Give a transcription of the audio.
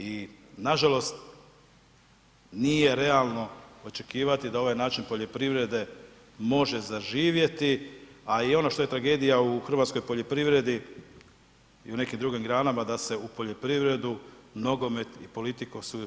I nažalost, nije realno očekivati da ovaj način poljoprivrede može zaživjeti, a i ono što je tragedija u hrvatskoj poljoprivredi i u nekim drugim granama da se u poljoprivredu, nogomet i politiku svi u RH razumiju.